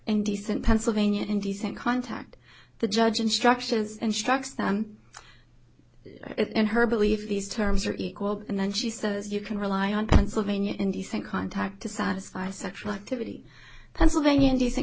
indecent pennsylvania indecent contact the judge instructions and struck stand and her believe these terms are equal and then she says you can rely on pennsylvania indecent contact to satisfy sexual activity pennsylvania and